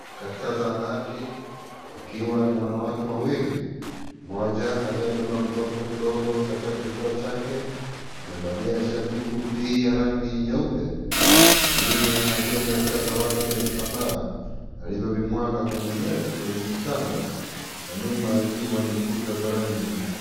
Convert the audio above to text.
Katika zahanati wakiw ani wanawake wawili mmoja aliyebeba mtoto mdogo katika kifua chake amevalia shati fupi ya rangi nyeupe na mwingine aliyemletea zawadi za vitambaa alivyovimwaga kwenye kitanda na nyumba ikiwa na kuta za rangi nyeupe.